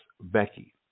Becky